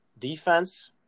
Defense